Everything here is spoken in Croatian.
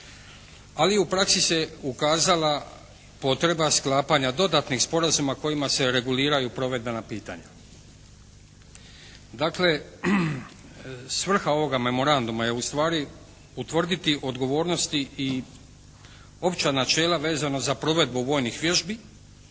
ali u praksi se ukazala potreba sklapanja dodatnih sporazuma kojima se reguliraju provedbena pitanja. Dakle, svrha ovoga memoranduma je ustvari utvrditi odgovornosti i opća načela vezano za provedbu vojnih vježbi